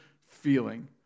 feeling